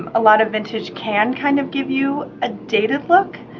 a lot of vintage can kind of give you a dated look,